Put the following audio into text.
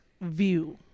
view